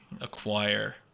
acquire